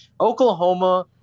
Oklahoma